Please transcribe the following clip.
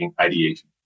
ideation